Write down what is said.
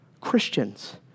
Christians